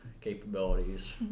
capabilities